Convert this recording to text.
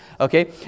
Okay